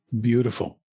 beautiful